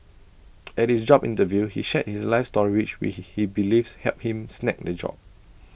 at his job interview he shared his life story which he believes helped him snag the job